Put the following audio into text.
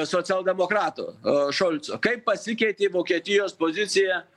socialdemokratų šolco kaip pasikeitė vokietijos pozicija